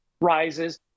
rises